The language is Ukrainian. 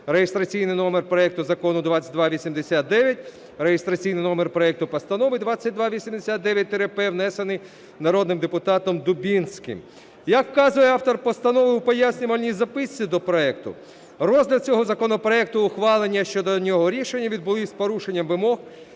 (реєстраційний номер проекту Закону 2289, реєстраційний номер проекту Постанови 2289-П), внесений народним депутатом Дубінським. Як вказує автор постанови в пояснювальній записці до проекту, розгляд цього законопроекту і ухвалення щодо нього рішень відбулися з порушенням вимог